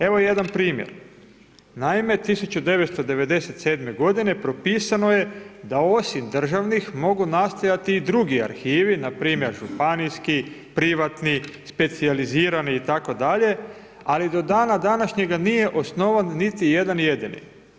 Evo, jedan primjer, naime 1997. g. propisano je da osim državnih, mogu nastati i drugi arhivi, npr. županijski, privatnih, specijalizirani itd. ali do dana današnjega nije osnovan niti jedan jedini.